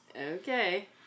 Okay